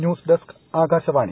news desk Akashvani